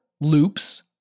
loops